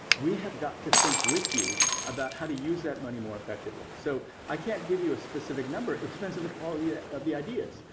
we have got to think with you about how to use that money more effectively. so i can't give you a specific number. it depends on the quality ah of the ideas.